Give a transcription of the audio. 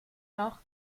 noch